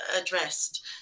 addressed